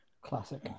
Classic